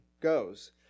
goes